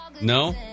No